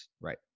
Right